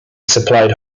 supplied